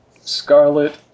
Scarlet